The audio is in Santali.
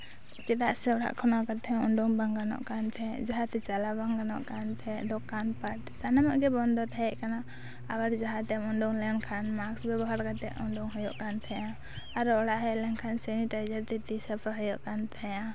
ᱪᱮᱫᱟᱜ ᱥᱮ ᱚᱲᱟᱜ ᱠᱷᱚᱱᱟᱜ ᱚᱠᱟᱛᱮᱦᱚᱸ ᱩᱰᱩᱝ ᱵᱟᱝ ᱜᱟᱱᱚᱜ ᱠᱟᱱ ᱛᱟᱦᱮᱸᱫ ᱡᱟᱦᱟᱸᱛᱮ ᱪᱟᱞᱟᱣ ᱵᱟᱝ ᱜᱟᱱᱚᱜ ᱠᱟᱱ ᱛᱟᱦᱮᱸᱫ ᱫᱚᱠᱟᱱ ᱯᱟᱴ ᱥᱟᱱᱟᱢᱟᱜ ᱜᱮ ᱵᱚᱱᱫᱚ ᱛᱟᱦᱮᱸᱠᱟᱱᱟ ᱟᱵᱟᱨ ᱡᱟᱦᱟᱸᱛᱮᱢ ᱩᱰᱩᱝ ᱞᱮᱱᱠᱷᱟᱱ ᱢᱟᱠᱥ ᱵᱮᱵᱚᱦᱟᱨ ᱠᱟᱛᱮ ᱩᱰᱩᱝ ᱦᱩᱭᱩᱜ ᱠᱟᱱ ᱛᱟᱦᱮᱸᱫᱼᱟ ᱟᱨᱚ ᱚᱲᱟᱜ ᱦᱮᱡ ᱞᱮᱱᱠᱷᱟᱱ ᱥᱮᱱᱤᱴᱟᱭᱡᱟᱨ ᱛᱮ ᱛᱤ ᱥᱟᱯᱷᱟ ᱦᱩᱭᱩᱜ ᱠᱟᱱ ᱛᱟᱦᱮᱸᱫᱼᱟ